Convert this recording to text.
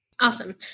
Awesome